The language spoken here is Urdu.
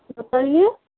بتائیے